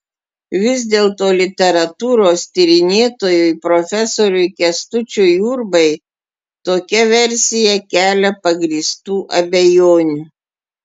vis dėlto literatūros tyrinėtojui profesoriui kęstučiui urbai tokia versija kelia pagrįstų abejonių